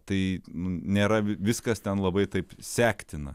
tai nėra viskas ten labai taip sektina